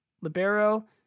libero